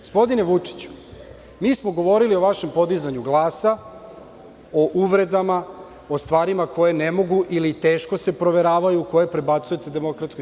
Gospodine Vučiću, mi smo govorili o vašem podizanju glasa, o uvredama, o stvarima koje ne mogu ili teško se proveravaju, koje prebacujete DS.